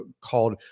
called